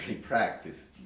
practice